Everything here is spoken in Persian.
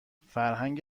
فرهنگ